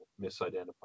misidentified